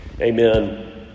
amen